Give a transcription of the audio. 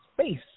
space